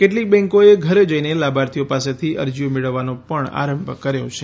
કેટલીક બેંકોએ ઘેર જઈને લાભાર્થીઓ પાસેથી અરજીઓ મેળવવાનો પણ આરંભ કર્યો છે